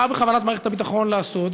מה בכוונת מערכת הביטחון לעשות,